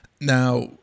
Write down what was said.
Now